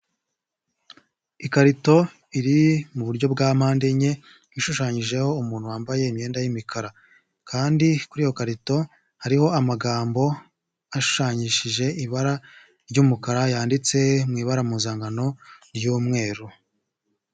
Ikarito iri mu buryo bwa mande enye, ishushanyijeho umuntu wambaye imyenda y'imikara, kandi kuri iyo karito hariho amagambo ashushanyishije ibara ry'umukara, yanditse mw'ibara muzankano ry'umweru.